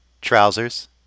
trousers